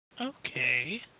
Okay